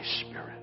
spirit